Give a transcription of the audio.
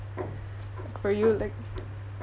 for you like